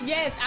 Yes